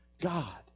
God